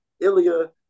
Ilya